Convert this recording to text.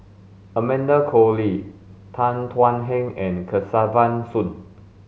Amanda Koe Lee Tan Thuan Heng and Kesavan Soon